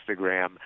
Instagram